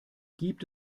gibt